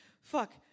fuck